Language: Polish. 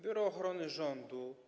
Biuro Ochrony Rządu.